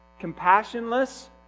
compassionless